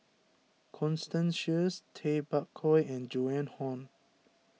Constance Sheares Tay Bak Koi and Joan Hon